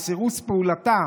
וסירוס פעולתה,